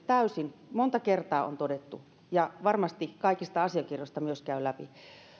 täysin monta kertaa se on todettu ja varmasti kaikista asiakirjoista se myös käy